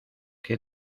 qué